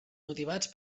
motivats